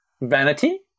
vanity